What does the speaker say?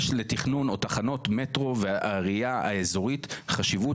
יש לתכנון או לתחנות מטרו והראייה האזורית חשיבות